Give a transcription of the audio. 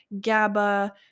GABA